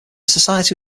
society